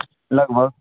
لگ بھگ